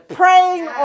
praying